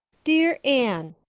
dear anne,